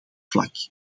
vlak